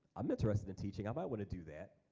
i'm interested in teaching, i might wanna do that,